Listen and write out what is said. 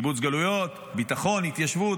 קיבוץ גלויות, ביטחון, התיישבות.